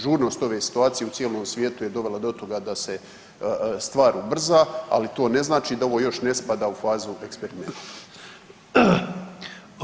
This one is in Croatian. Žurnost ove situacije u cijelom svijetu je dovela do toga da se stvar ubrza, ali to ne znači da ovo još ne spada u fazu eksperimenta.